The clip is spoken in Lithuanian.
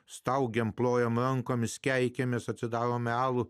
staugėme plojame rankomis keikiamės atsidaro melo